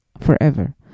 forever